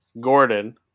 Gordon